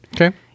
Okay